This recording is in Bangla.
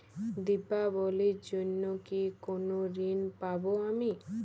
দীপাবলির জন্য কি কোনো ঋণ পাবো আমি?